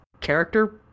character